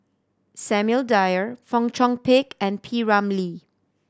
Samuel Dyer Fong Chong Pik and P Ramlee